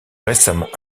récemment